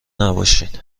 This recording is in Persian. نباشین